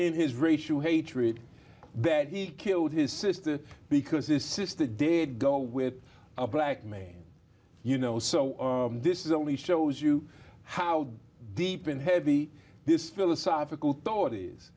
in his racial hatred that he killed his sister because this is the dead go with a black man you know so this is only shows you how deep in heavy this philosophical thought is